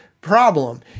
problem